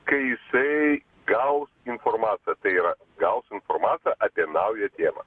kai jisai gaus informacijątai yra gauti informaciją apie naują temą